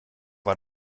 war